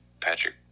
Patrick